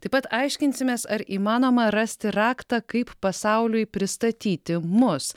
taip pat aiškinsimės ar įmanoma rasti raktą kaip pasauliui pristatyti mus